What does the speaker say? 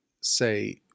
say